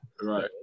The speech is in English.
Right